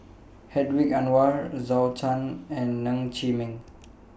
Hedwig Anuar Zhou Can and Ng Chee Meng